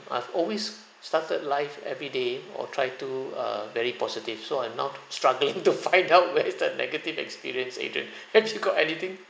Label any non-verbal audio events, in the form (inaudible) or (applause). I've always started life every day or try to err very positive so I'm now (laughs) struggling to find out where is the negative experience adrian (breath) actually got anything